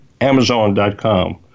Amazon.com